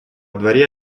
дворе